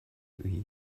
eat